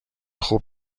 خوب